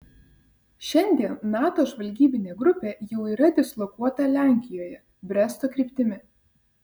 šiandien nato žvalgybinė grupė jau yra dislokuota lenkijoje bresto kryptimi